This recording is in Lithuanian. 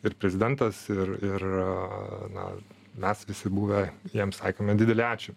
ir prezidentas ir ir na mes visi buvę jiems sakėme didelį ačiū